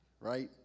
Right